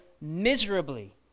miserably